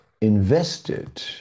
invested